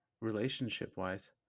relationship-wise